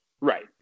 right